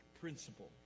principle